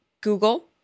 Google